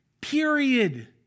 period